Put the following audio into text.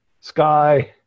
sky